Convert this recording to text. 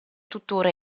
tuttora